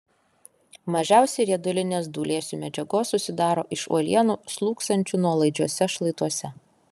mažiausiai riedulinės dūlėsių medžiagos susidaro iš uolienų slūgsančių nuolaidžiuose šlaituose